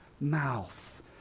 mouth